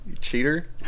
cheater